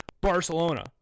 Barcelona